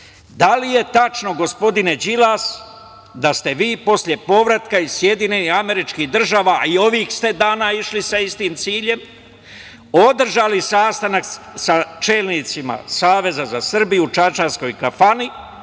da li je tačno, gospodine Đilas, da ste vi posle povrataka iz SAD, a i ovih ste dana išli sa istim ciljem, održali sastanak sa čelnicima Saveza za Srbiju u čačanskoj kafani